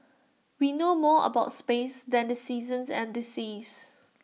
we know more about space than the seasons and the seas